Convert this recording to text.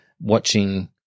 watching